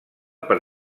per